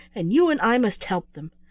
and you and i must help them.